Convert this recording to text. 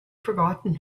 forgotten